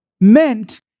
meant